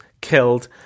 killed